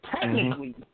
technically